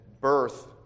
birth